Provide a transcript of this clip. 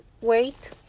wait